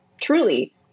Truly